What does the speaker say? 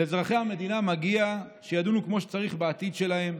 לאזרחי המדינה מגיע שידונו כמו שצריך בעתיד שלהם,